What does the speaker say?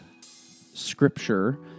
scripture